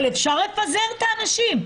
אבל אפשר לפזר את האנשים.